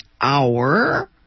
hour